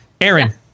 Aaron